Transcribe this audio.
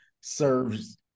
serves